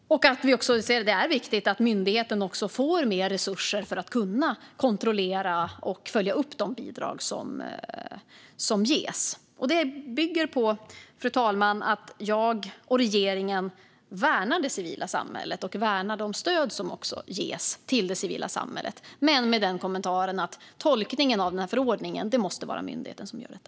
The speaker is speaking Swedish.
Det är också viktigt att myndigheten får mer resurser för att kunna kontrollera och följa upp de bidrag som ges. Detta bygger på, fru talman, att jag och regeringen värnar det civila samhället och de stöd som ges till det civila samhället men med kommentaren att det måste vara myndigheten som gör tolkningen av förordningen.